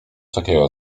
takiego